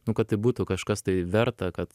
nu kad tai būtų kažkas tai verta kad